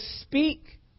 speak